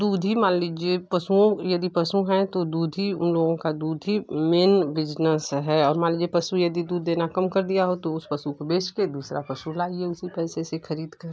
दूध ही मान लीजिए पशुओं यदि पशु हैं तो दूध ही उन लोगों का दूध ही मेन बिजनेस है और मान लीजिए पशु यदि दूध देना कम कर दिया हो तो उस पशु को बेच कर दूसरा पशु लाइए उसी पैसे से खरीदकर